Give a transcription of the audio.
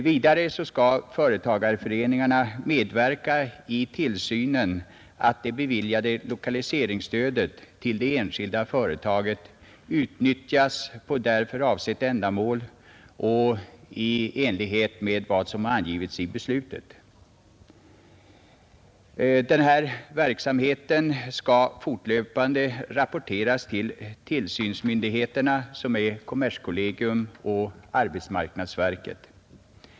Vidare skall företagareföreningarna medverka i tillsynen över att det beviljade lokaliseringsstödet till det enskilda företaget utnyttjas för avsett ändamål och i enlighet med vad som angivits i beslutet. Denna verksamhet skall fortlöpande rapporteras till tillsynsmyndigheterna, som är kommerskollegium och arbetsmarknadsverket.